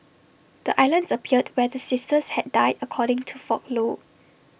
the islands appeared where the sisters had died according to folklore